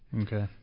Okay